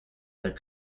that